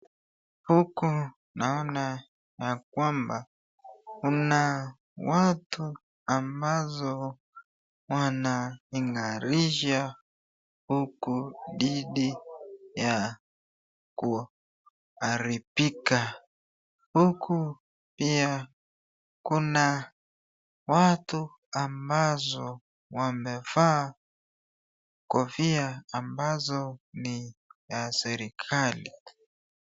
Huku naona ya kwamba, kuna watu ambazo wanaigarisha huku didi ya kuaribika. Huku pia kuna watu ambazo wamevaa kofia ambazo ni ya serekali.